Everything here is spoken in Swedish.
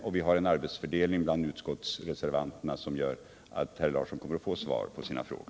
Vi har också en arbetsfördelning bland utskottsreservanterna som gör att herr Larsson i Borrby kommer att få svar på sina frågor.